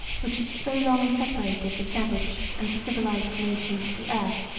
which had so long separated the savage and the civilized nations of the earth,